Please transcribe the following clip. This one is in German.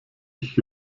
ich